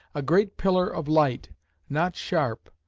a great pillar of light not sharp,